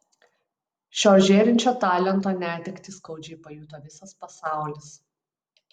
šio žėrinčio talento netektį skaudžiai pajuto visas pasaulis